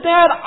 Dad